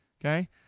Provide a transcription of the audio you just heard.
okay